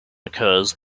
occurs